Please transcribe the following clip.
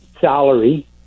salary